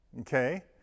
okay